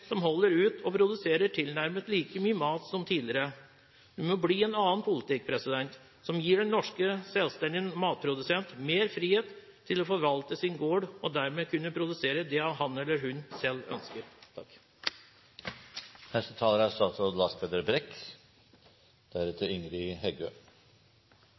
som holder ut og produserer tilnærmet like mye mat som tidligere. Det må bli en annen politikk, som gir den norske selvstendige matprodusent mer frihet til å forvalte sin gård, og dermed kunne produsere det hun eller han selv ønsker.